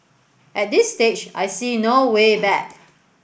at this stage I see no way back